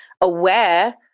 aware